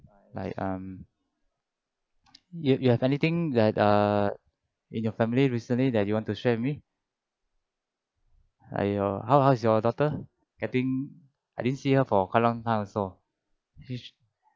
like um you you have anything that uh in your family recently that you want to share with me I uh how how's your daughter getting I didn't see her for quite long time also